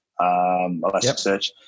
Elasticsearch